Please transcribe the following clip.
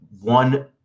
one